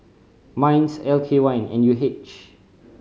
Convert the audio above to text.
MINDS L K Y N U H